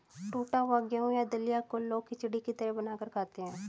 टुटा हुआ गेहूं या दलिया को लोग खिचड़ी की तरह बनाकर खाते है